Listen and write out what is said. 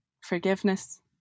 Forgiveness